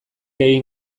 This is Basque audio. egin